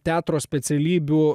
teatro specialybių